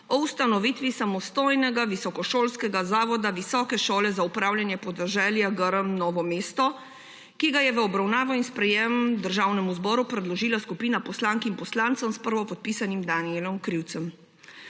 o ustanovitvi samostojnega visokošolskega zavoda Visoke šole za upravljanje podeželja Grm Novo mesto, ki ga je v obravnavo in sprejetje Državnemu zboru predložila skupina poslank in poslancev s prvopodpisanim Danijelom Krivcem.